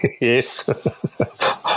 yes